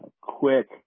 quick